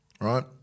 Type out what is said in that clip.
right